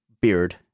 Beard